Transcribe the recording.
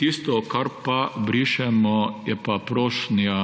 Tisto, kar pa brišemo, je pa prošnja,